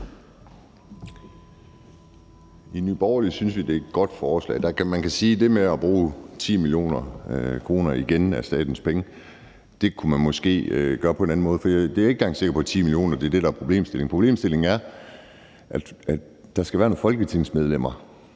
Borgerlige synes vi, at det er et godt forslag. Man kan sige om det med igen at bruge 10 mio. kr. af statens penge, at det kunne man måske gøre på en anden måde. Men jeg er ikke engang sikker på, at det med de 10 mio. kr. er problemstillingen. Problemstillingen handler om, at der skal være nogle folketingsmedlemmer